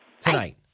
Tonight